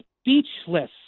speechless